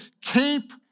keep